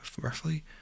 roughly